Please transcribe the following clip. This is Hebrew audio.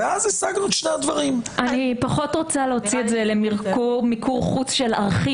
נעול בשני מנעולים למה צריך הסכמה לדבר כזה שהוא רק